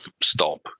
stop